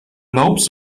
lobes